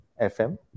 FM